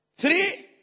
Three